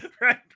Right